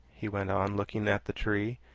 he went on, looking at the tree,